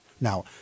Now